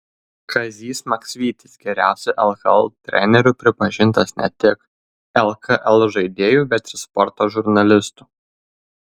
kazys maksvytis geriausiu lkl treneriu pripažintas ne tik lkl žaidėjų bet ir sporto žurnalistų